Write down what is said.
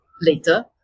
later